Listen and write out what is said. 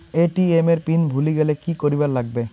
ATM এর PIN ভুলি গেলে কি করিবার লাগবে?